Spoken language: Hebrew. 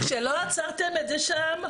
שלא עצרתם את זה שם,